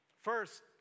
First